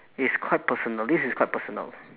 it's quite personal this is quite personal